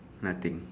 nothing